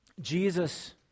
Jesus